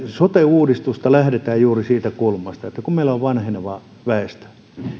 sote uudistuksessa lähdetään juuri siitä kulmasta että meillä on vanhenevaa väestöä